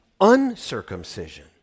uncircumcision